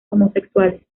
homosexuales